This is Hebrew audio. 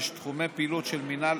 6. תחומי פעילות של מינהל